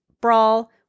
Brawl